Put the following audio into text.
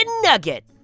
nugget